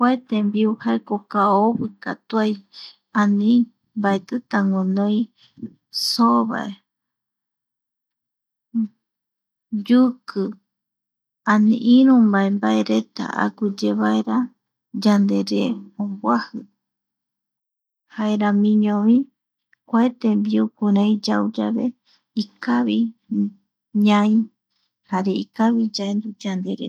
Kua tembiu jaeko kaovi katuai ani mbaetita guinoi soo vae(pausa), yuki ani iru mbaembaereta aguiye vaera yanderie omboaji (pausa) jaeramiñovi kua tembiu kurai yau yave ikavi ñai jare ikavi yaendu yandere.